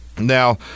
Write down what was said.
Now